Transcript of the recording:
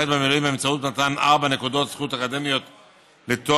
במילואים באמצעות מתן ארבע נקודות זכות אקדמיות לתואר,